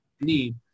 need